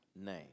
name